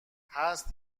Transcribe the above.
هست